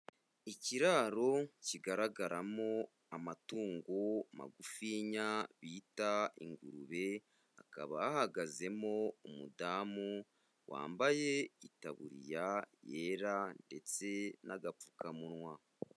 Ikiraro kigaragaramo amatungo magufinya bita ingurube, hakaba hahagazemo umudamu wambaye itaburiya yera ndetse n'agapfukamunwa.